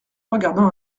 regardant